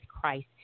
Christ